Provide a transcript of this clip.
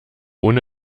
ohne